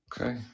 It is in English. Okay